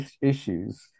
issues